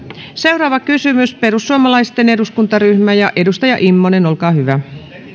seuraava kysymys perussuomalaisten eduskuntaryhmä edustaja immonen olkaa hyvä